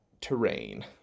terrain